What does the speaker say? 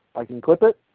i can clip it,